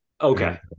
Okay